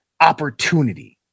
opportunity